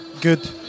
good